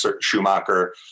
Schumacher